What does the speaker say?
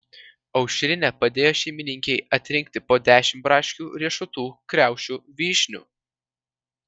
aušrinė padėjo šeimininkei atrinkti po dešimt braškių riešutų kriaušių vyšnių